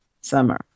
summer